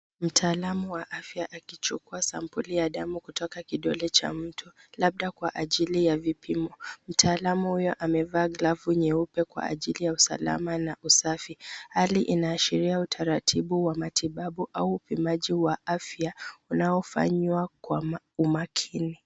Mtaalamu wa afya akichukua sampuli ya damu kutoka kidole cha mtu labda kwa ajili ya vipimo. Mtaalamu huyo amevaa glavu nyeupe kwa ajili ya usalama na usafi. Hali inaashiria utaratibu wa matibabu au upimaji wa afya unaofanywa kwa umakini.